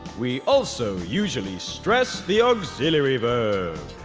we also usually stress the auxiliary verb.